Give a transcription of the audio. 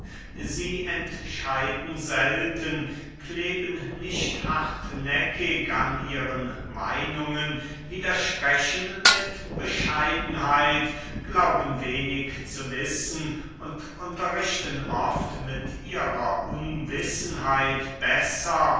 sie entscheiden selten kleben nicht hartnäckig an ihren meinungen widersprechen mit bescheidenheit glauben wenig zu wissen und unterrichten oft mit ihrer unwissenheit besser